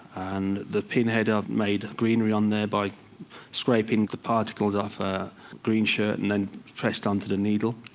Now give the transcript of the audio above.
and the pinhead i've made green around there by scraping the particles off a green shirt and then pressed onto the needle.